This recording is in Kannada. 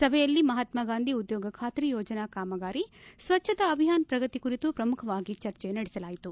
ಸಭೆಯಲ್ಲಿ ಮಹತ್ಗಾಗಾಂಧಿ ಉದ್ದೋಗ ಖಾತ್ರಿ ಯೋಜನಾ ಕಾಮಗಾರಿ ಸ್ವಜ್ಞತಾ ಅಭಿಯಾನ ಪ್ರಗತಿ ಕುರಿತು ಪ್ರಮುಖವಾಗಿ ಚರ್ಚೆ ನಡೆಸಲಾಯಿತು